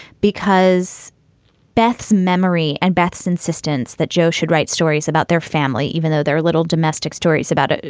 because beth's memory and beth's insistence that joe should write stories about their family, even though they're a little domestic stories about ah